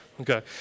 Okay